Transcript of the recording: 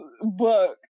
book